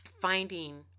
finding